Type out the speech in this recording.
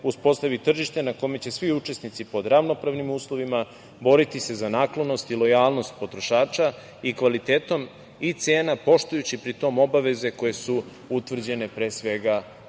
uspostavi tržište na kome će svi učesnici pod ravnopravnim uslovima boriti se za naklonost i lojalnost potrošača i kvalitetom i cena, poštujući pri tome obaveze koje su utvrđene, pre svega, zakonom,